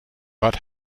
but